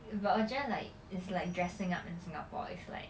but 我觉得 like it's like dressing up in singapore is like